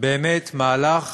באמת מהלך